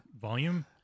volume